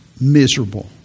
miserable